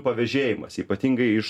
pavėžėjimas ypatingai iš